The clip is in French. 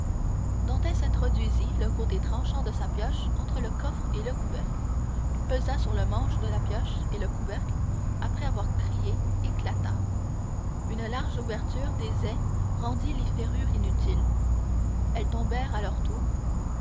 trésor dantès introduisit le côté tranchant de sa pioche entre le coffre et le couvercle pesa sur le manche de la pioche et le couvercle après avoir crié éclata une large ouverture des ais rendit les ferrures inutiles elles tombèrent à leur tour